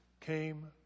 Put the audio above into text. came